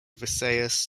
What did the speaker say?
visayas